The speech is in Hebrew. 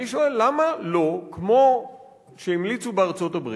אני שואל למה לא, כמו שהמליצו בארצות-הברית,